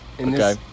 Okay